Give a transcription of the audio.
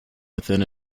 within